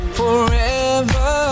forever